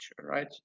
right